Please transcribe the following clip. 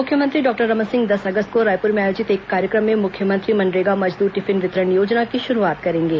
मुख्यमंत्री डॉक्टर रमन सिंह दस अगस्त को रायपुर में आयोजित एक कार्यक्रम में मुख्यमंत्री मनरेगा मजदूर टिफिन वितरण योजना की शुरूआत करेंगे